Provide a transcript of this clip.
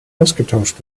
ausgetauscht